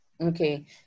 Okay